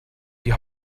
die